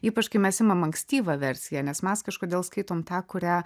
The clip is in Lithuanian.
ypač kai mes imam ankstyvą versiją nes mes kažkodėl skaitom tą kurią